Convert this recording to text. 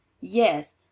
Yes